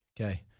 Okay